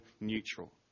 neutral